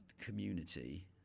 community